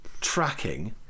tracking